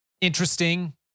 interesting